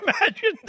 imagine